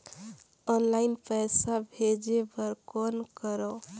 Online पईसा भेजे बर कौन करव?